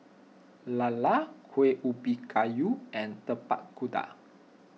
Lala Kueh Ubi Kayu and Tapak Kuda